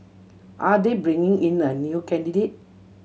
are they bringing in a new candidate